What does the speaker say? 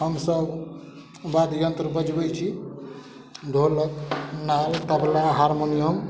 हमसब वाद्य यंत्र बजबै छी ढोलक नाल तबला हारमोनियम